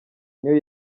niyo